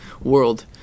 world